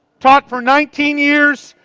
taught for nineteen years.